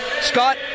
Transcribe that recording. Scott